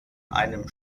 einem